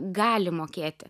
gali mokėti